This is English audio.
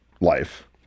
life